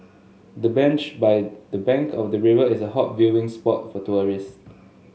the bench by the bank of the river is a hot viewing spot for tourists